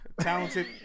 talented